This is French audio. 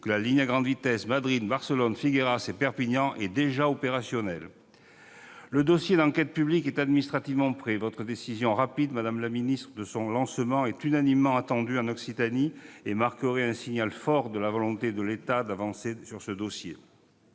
que la ligne à grande vitesse Madrid-Barcelone-Figueras-Perpignan est déjà opérationnelle. Le dossier d'enquête publique est administrativement prêt : votre décision rapide, madame la ministre, de le lancer est unanimement attendue en Occitanie et marquerait un signal fort de la volonté de l'État d'avancer sur ce dossier.